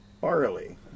Barley